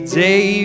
day